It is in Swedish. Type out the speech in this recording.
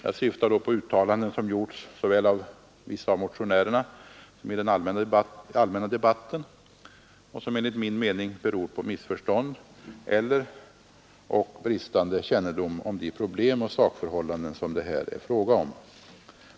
Jag syftar på uttalanden som gjorts såväl av vissa av motionärerna som i den allmänna debatten och som enligt min mening beror på missförstånd eller bristande kännedom om de problem och sakförhållanden som det här är fråga om.